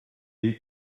dir